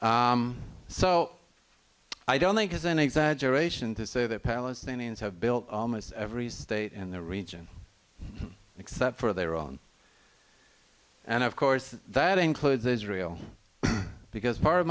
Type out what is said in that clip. so i don't think is an exaggeration to say that palestinians have built almost every state in the region except for their own and of course that includes israel because part of